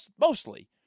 mostly